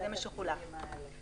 מה הקריטריונים לתקציבים האלה?